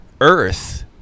Earth